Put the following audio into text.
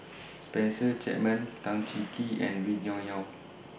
Spencer Chapman Tan Cheng Kee and Wee Cho Yaw